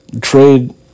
trade